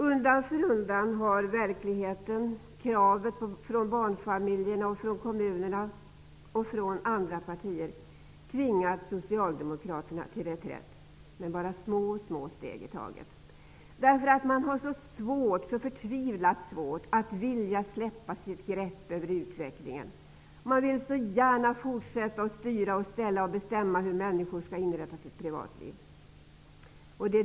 Undan för undan har verkligheten, kravet från barnfamiljerna, från kommunerna och från andra partier tvingat socialdemokraterna till reträtt, men bara med små steg i taget. Socialdemokraterna har nämligen så förtvivlat svårt att släppa greppet kring utvecklingen. Man vill inte det, utan man vill så gärna fortsätta att styra och ställa, och man vill bestämma hur människor skall inrätta sitt privatliv.